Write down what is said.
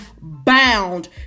bound